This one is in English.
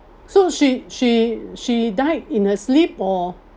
so she she she died in her sleep or